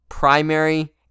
primary